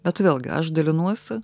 bet vėlgi aš dalinuosi